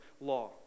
law